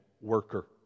worker